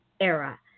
era